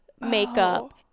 makeup